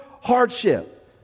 hardship